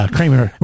Kramer